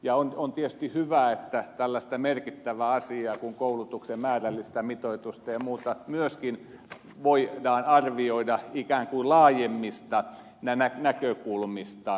ja on tietysti hyvä että tällaista merkittävää asiaa kuin koulutuksen määrällistä mitoitusta ja muuta myöskin voidaan arvioida ikään kuin laajemmista näkökulmista